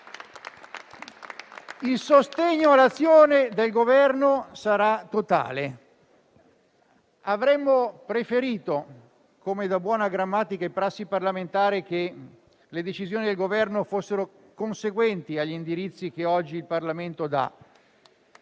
Il sostegno all'azione del Governo sarà totale. Avremmo preferito, come da buona grammatica e prassi parlamentare, che le decisioni del Governo fossero conseguenti agli indirizzi che oggi il Parlamento dà.